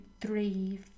three